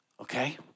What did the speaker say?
Okay